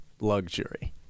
luxury